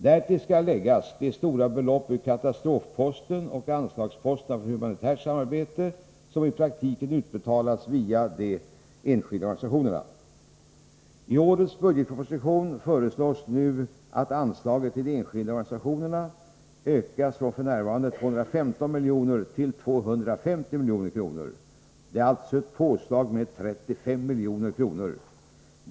Därtill skall läggas de stora belopp ur katastrofposten och anslagsposterna för humanitärt samarbete som i praktiken utbetalats via de enskilda organisationerna. I årets budgetproposition föreslås nu att anslaget till de enskilda organisationerna ökas från f.n. 215 milj.kr. till 250 milj.kr. Det är alltså ett påslag med 35 milj.kr.